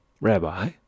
Rabbi